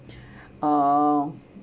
uh